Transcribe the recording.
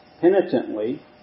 penitently